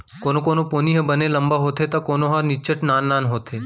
कोनो कोनो पोनी ह बने लंबा होथे त कोनो ह निच्चट नान नान होथे